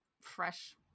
fresh